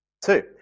Two